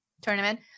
tournament